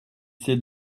sais